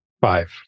five